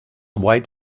white